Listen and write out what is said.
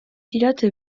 pilote